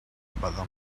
about